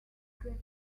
drip